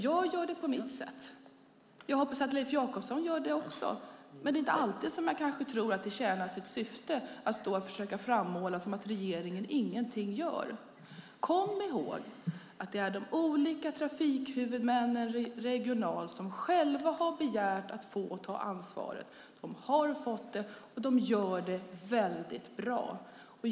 Jag gör det på mitt sätt, och jag hoppas att Leif Jakobsson också gör det. Men jag tror kanske inte att det alltid tjänar sitt syfte att stå och försöka framhålla att regeringen ingenting gör. Kom ihåg att det är de olika trafikhuvudmännen regionalt som själva har begärt att få ta ansvaret! De har fått det, och de gör det väldigt bra.